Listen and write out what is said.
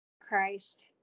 Christ